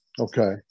Okay